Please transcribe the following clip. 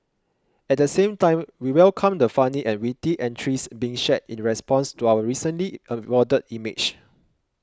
at the same time we welcome the funny and witty entries being shared in response to our recently awarded image